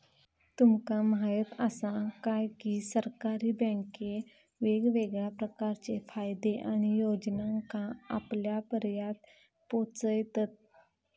तुमका म्हायत आसा काय, की सरकारी बँके वेगवेगळ्या प्रकारचे फायदे आणि योजनांका आपल्यापर्यात पोचयतत